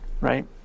right